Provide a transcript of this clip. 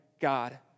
God